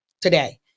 today